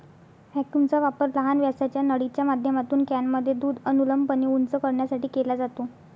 व्हॅक्यूमचा वापर लहान व्यासाच्या नळीच्या माध्यमातून कॅनमध्ये दूध अनुलंबपणे उंच करण्यासाठी केला जातो